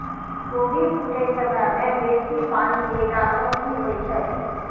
कोबी फूटै समय मे बेसी पानि देला सऽ की होइ छै?